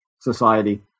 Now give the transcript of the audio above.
society